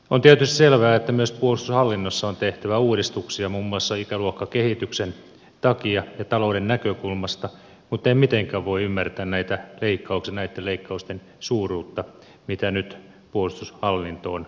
on tietysti selvää että myös puolustushallinnossa on tehtävä uudistuksia muun muassa ikäluokkakehityksen takia ja talouden näkökulmasta mutta en mitenkään voi ymmärtää näitten leikkausten suuruutta mitä nyt puolustushallintoon esitetään